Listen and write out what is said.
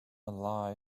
lie